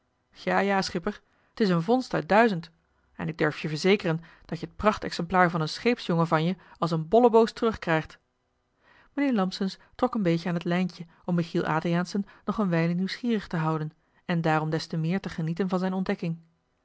ja ja schipper t is een vondst uit duizend en ik durf je verzekeren dat je het pracht exemplaar van een scheepsjongen van je als een bolleboos terug krijgt mijnheer lampsens trok een beetje aan het lijntje om michiel adriaensen nog een wijle nieuwsgierig te houden en daarom des te meer te genieten van zijn ontdekking